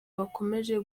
bakomeje